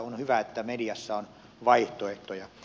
on hyvä että mediassa on vaihtoehtoja